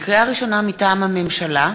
לקריאה ראשונה, מטעם הממשלה: